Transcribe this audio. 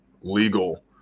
legal